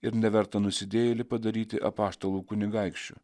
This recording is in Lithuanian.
ir nevertą nusidėjėlį padaryti apaštalų kunigaikščiu